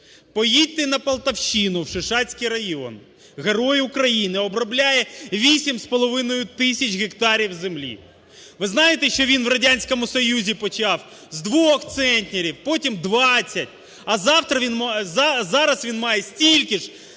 Поїдьте на Полтавщину, в Шишацький район. Герой України обробляє 8,5 тисяч гектарів землі. Ви знаєте, що він в Радянському Союзі почав з 2 центнерів, потім 20, а зараз він має стільки ж